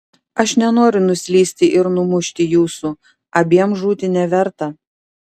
aš nenoriu nuslysti ir numušti jūsų abiem žūti neverta